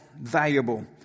valuable